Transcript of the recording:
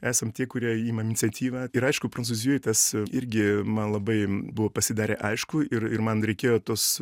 esam tie kurie ima iniciatyvą ir aišku prancūzijoj tas irgi man labai buvo pasidarę aišku ir ir man reikėjo tos